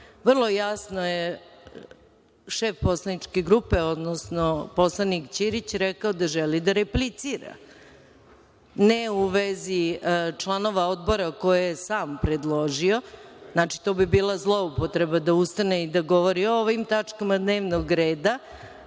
jasno je šef poslaničke grupe, odnosno poslanik Ćirić, rekao da želi da replicira, ne u vezi članova odbora koje je sam predložio, znači, to bi bila zloupotreba da ustane i da govori o ovim tačkama dnevnog reda,